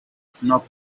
snoop